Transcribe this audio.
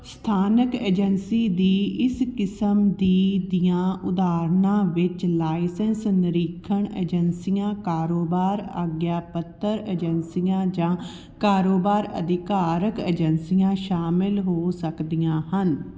ਸਥਾਨਕ ਏਜੰਸੀ ਦੀ ਇਸ ਕਿਸਮ ਦੀ ਦੀਆਂ ਉਦਾਹਰਣਾਂ ਵਿੱਚ ਲਾਇਸੈਂਸ ਨਿਰੀਖਣ ਏਜੰਸੀਆਂ ਕਾਰੋਬਾਰ ਆਗਿਆ ਪੱਤਰ ਏਜੰਸੀਆਂ ਜਾਂ ਕਾਰੋਬਾਰ ਅਧਿਕਾਰਕ ਏਜੰਸੀਆਂ ਸ਼ਾਮਲ ਹੋ ਸਕਦੀਆਂ ਹਨ